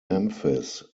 memphis